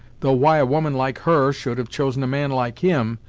though why a woman like her, should have chosen a man like him,